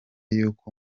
y’uko